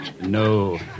No